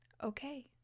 Okay